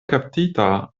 kaptita